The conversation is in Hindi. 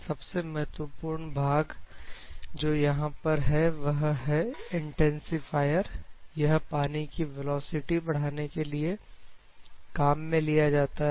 सबसे महत्वपूर्ण भाग जो यहां पर है वह है इंटेंसिफायर यह पानी की वेलोसिटी बढ़ाने के लिए काम में लिया जाता है